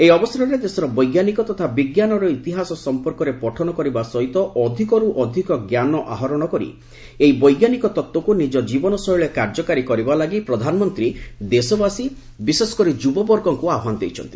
ଏହି ଅବସରରେ ଦେଶର ବୈଜ୍ଞାନିକ ତଥା ବିଜ୍ଞାନର ଇତିହାସ ସଂପର୍କରେ ପଠନ କରିବା ସହିତ ଅଧିକର୍ ଅଧିକ ଜ୍ଞାନ ଆହରଣ କରି ଏହି ବୈଜ୍ଞାନିକ ତତ୍ତ୍ୱକୁ ନିଜ ଜୀବନଶୈଳୀରେ କାର୍ଯ୍ୟକାରୀ କରିବା ଲାଗି ପ୍ରଧାନମନ୍ତ୍ରୀ ଦେଶବାସୀ ବିଶେଷକରି ଯୁବବର୍ଗଙ୍କୁ ଆହ୍ୱାନ ଦେଇଛନ୍ତି